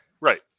right